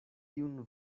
tiun